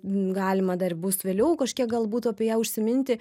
galima dar bus vėliau kažkiek galbūt apie ją užsiminti